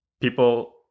People